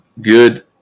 good